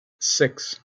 six